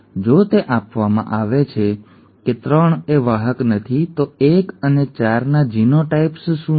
જો તે આપવામાં આવે છે કે 3 એ વાહક નથી તો 1 અને 4 ના જીનોટાઈપ્સ શું છે